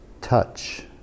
touch